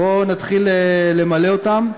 בוא נתחיל למלא אותם,